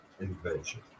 invention